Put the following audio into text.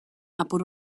apur